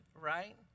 right